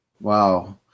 Wow